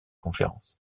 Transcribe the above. conférences